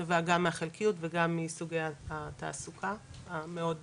נובע גם מהחלקיות וגם מסוגי התעסוקה המאוד